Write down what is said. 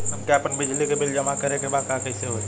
हमके आपन बिजली के बिल जमा करे के बा कैसे होई?